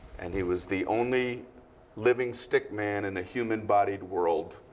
and he was the only living stick man in a human body world.